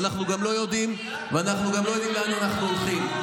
ואנחנו גם לא יודעים לאן אנחנו הולכים.